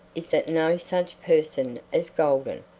is that no such person as golden,